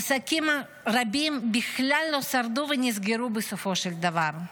עסקים רבים בכלל לא שרדו, ונסגרו בסופו של דבר.